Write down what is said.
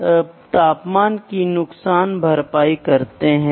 तो अब सॉफ्टनेस के लिए क्या उपाय है